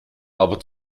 aber